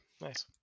Nice